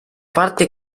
parte